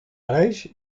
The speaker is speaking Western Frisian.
reis